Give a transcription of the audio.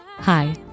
Hi